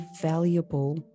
valuable